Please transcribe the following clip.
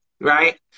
right